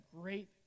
great